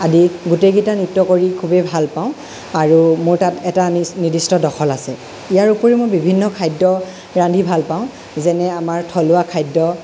আদি গোটেইকেইটা নৃত্য কৰি খুবেই ভাল পাওঁ আৰু মোৰ তাত এটা নিদিষ্ট দখল আছে ইয়াৰ উপৰিও মোৰ বিভিন্ন খাদ্য ৰান্ধি ভাল পাওঁ যেনে আমাৰ থলুৱা খাদ্য